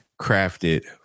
crafted